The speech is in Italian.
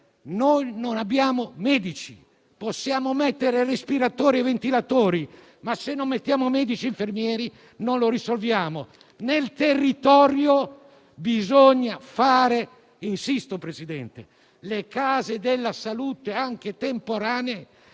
non abbiamo medici. Possiamo mettere respiratori e ventilatori, ma se non mettiamo medici e infermieri non lo risolviamo. Nel territorio bisogna fare - insisto, Presidente - le Case della salute, anche temporanee,